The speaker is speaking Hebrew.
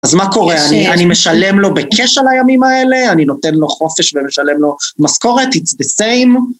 אז מה קורה, אני משלם לו ב-cash על הימים האלה? אני נותן לו חופש ומשלם לו משכורת, it's the same?